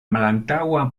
malantaŭa